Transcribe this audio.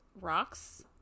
rocks